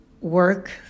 work